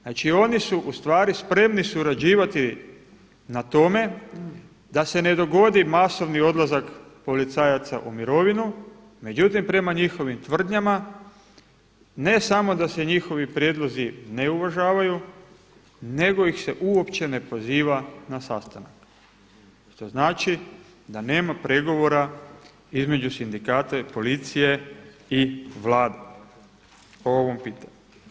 Znači oni su ustvari spremni surađivati na tome da se ne dogodi masovni odlazak policajaca u mirovinu međutim prema njihovim tvrdnjama ne samo da se njihovi prijedlozi ne uvažavaju nego ih se uopće ne poziva na sastanak što znači da nema pregovora između sindikata policije i Vlade o ovom pitanju.